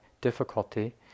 difficulty